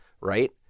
right